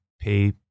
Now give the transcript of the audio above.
pay